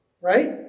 right